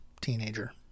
Teenager